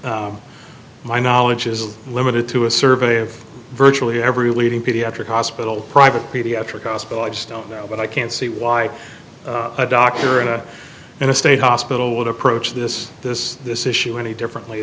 simply my knowledge is limited to a survey of virtually every leading pediatric hospital private pediatric hospital i just don't know but i can't see why a doctor in a in a state hospital would approach this this this issue any differently